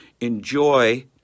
enjoy